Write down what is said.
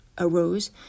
Arose